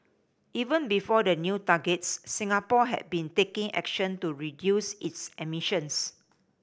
even before the new targets Singapore had been taking action to reduce its emissions